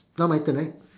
now my turn right